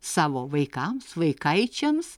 savo vaikams vaikaičiams